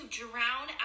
drown